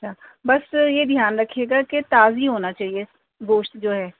اچھا بس یہ دھیان رکھیے گا کہ تازی ہونا چاہیے گوشت جو ہے